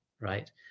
right